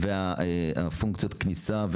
על פונקציות כניסה,